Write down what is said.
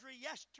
yesterday